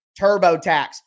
TurboTax